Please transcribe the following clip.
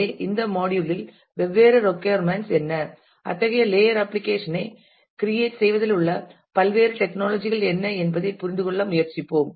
எனவே இந்த மாடியுல் இல் வெவ்வேறு ரெக்கொயர்மெண்ட்ஸ் என்ன அத்தகைய லேயர் அப்ளிகேஷன் ஐ கிரியேட் செய்வதில் உள்ள பல்வேறு டெக்னாலஜி கள் என்ன என்பதைப் புரிந்துகொள்ள முயற்சிப்போம்